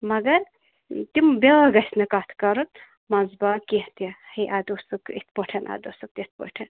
مگر ٲں تِم بیٛاکھ گَژھہِ نہٕ کَتھ کَرُن منٛزٕ باگ کیٚنٛہہ تہِ ہے اَدٕ اوسُکھ یِتھ پٲٹھۍ اَدٕ اوسُکھ تِتھ پٲٹھۍ